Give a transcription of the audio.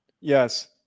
Yes